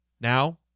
now